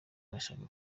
arashaka